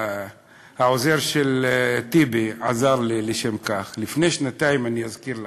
העוזר של טיבי עזר לי לשם כך, אני אזכיר לכם: